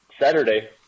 Saturday